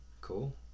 cool